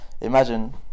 imagine